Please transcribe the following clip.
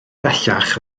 bellach